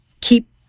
keep